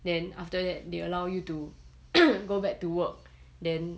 then after that they allow you to go back to work then